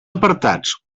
apartats